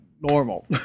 normal